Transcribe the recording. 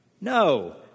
No